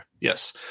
yes